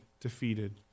defeated